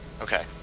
okay